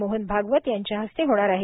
मोहन भागवत यांच्या हस्ते होणार आहे